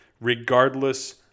regardless